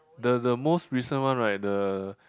the the most recent one right the